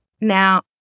Now